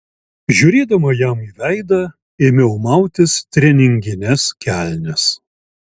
žiūrėdama jam į veidą ėmiau mautis treningines kelnes